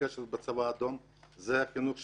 --- בצבא האדום, זה החינוך שקיבלתי,